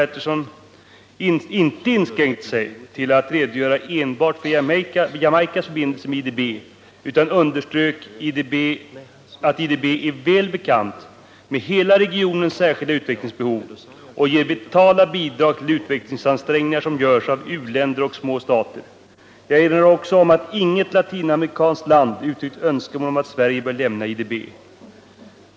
Patterson inte inskränkte sig till att enbart redogöra för Jamaicas förbindelser med IDB utan också underströk att IDB är väl bekant med hela regionens särskilda utvecklingsbehov och ger vitala bidrag till utvecklingsansträngningar som görs av länder som är öar och små stater. Jag erinrar också om att inget latinamerikanskt land uttryckt önskemål om att Sverige bör lämna IDB.